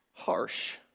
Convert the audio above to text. Harsh